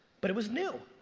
but it was new.